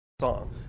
song